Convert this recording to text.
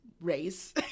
race